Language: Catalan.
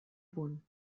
punt